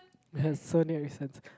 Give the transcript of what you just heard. Sony-Ericssons